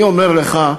אני אומר לך,